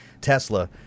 tesla